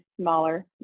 smaller